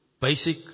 Basic